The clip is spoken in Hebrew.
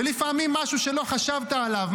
ולפעמים משהו שלא חשבת עליו,